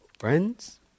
friends